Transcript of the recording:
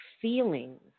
feelings